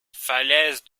falaises